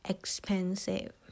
Expensive